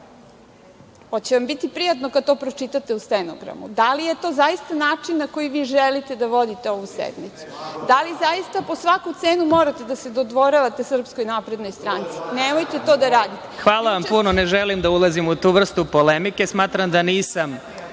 Hoće vam biti prijatno kada to pročitate u stenogramu? Da li je to zaista način na koji vi želite da vodite ovu sednicu? Da li zaista po svaku cenu morate da se dodvoravate SNS? Nemojte to da radite. **Vladimir Marinković** Hvala vam puno, ne želim da ulazim u tu vrstu polemike. Smatram da nisam